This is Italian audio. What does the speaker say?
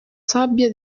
sabbia